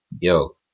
Yo